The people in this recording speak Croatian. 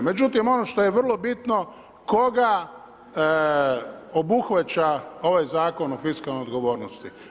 Međutim, ono što je vrlo bitno, koga obuhvaća ovaj zakon od fiskalne odgovornosti.